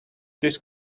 this